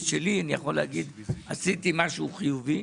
שלי אני יכול להגיד עשיתי משהו חיובי.